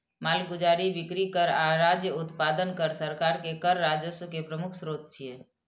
मालगुजारी, बिक्री कर आ राज्य उत्पादन कर सरकार के कर राजस्व के प्रमुख स्रोत छियै